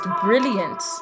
brilliant